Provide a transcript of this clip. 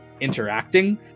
interacting